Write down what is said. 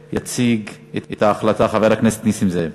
יציג את ההחלטה חבר הכנסת נסים זאב.